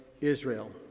Israel